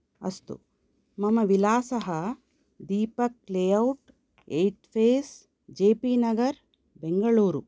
अस्तु मम विलासः Deepak layout eighth phase JP Nagar Bengaluru